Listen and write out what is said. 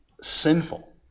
Sinful